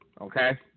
Okay